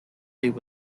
leave